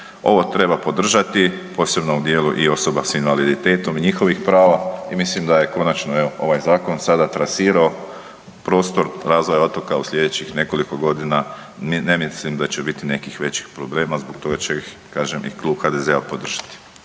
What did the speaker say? Ovo treba podržati, posebno u dijelu i osoba s invaliditetom i njihovih prava i mislim da je konačno evo ovaj zakon sada trasirao prostor razvoja otoka u sljedećih nekoliko godina, ne mislim da će biti nekih većih problema, zbog toga će ih i klub HDZ-a podržati.